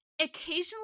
occasionally